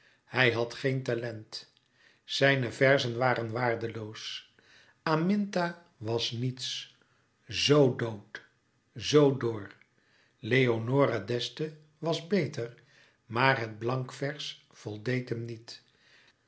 hij had geen talouis couperus metamorfoze lent zijne verzen waren waardeloos aminta was niets zoo dood zoo dor leonore d'este was beter maar het blankvers voldeed hem niet